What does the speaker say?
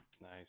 Nice